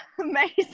amazing